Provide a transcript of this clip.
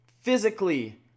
physically